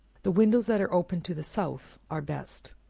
the windows that are open to the south are best.